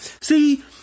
See